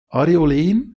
areolen